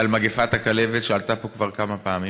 על מגפת הכלבת, שעלתה פה כבר כמה פעמים,